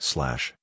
slash